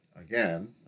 Again